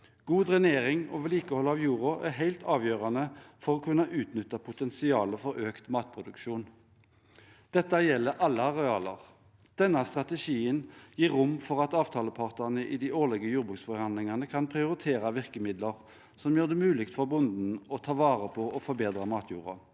God drenering og vedlikehold av jorda er helt avgjørende for å kunne utnytte potensialet for økt matproduksjon. Dette gjelder alle arealer. Denne strategien gir rom for at avtalepartene i de årlige jordbruksforhandlingene kan prioritere virkemidler som gjør det mulig for bonden å ta vare på og forbedre matjorda.